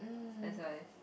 that's why